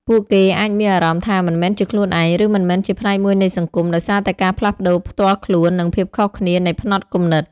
ពួកគេអាចមានអារម្មណ៍ថា មិនមែនជាខ្លួនឯង ឬមិនមែនជាផ្នែកមួយនៃសង្គម ដោយសារតែការផ្លាស់ប្តូរផ្ទាល់ខ្លួន និងភាពខុសគ្នានៃផ្នត់គំនិត។